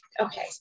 Okay